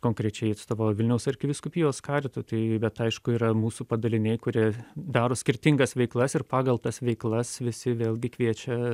konkrečiai atstovauja vilniaus arkivyskupijos karitui tai bet aišku yra mūsų padaliniai kurie daro skirtingas veiklas ir pagal tas veiklas visi vėlgi kviečia